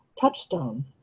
touchstone